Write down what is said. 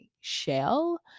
shell